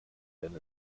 denn